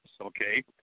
Okay